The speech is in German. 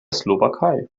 slowakei